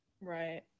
Right